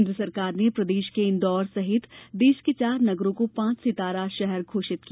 केन्द्र सरकार ने प्रदेश के इंदौर सहित देश के चार नगरों को पांच सितारा शहर घोषित किया